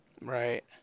Right